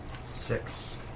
Six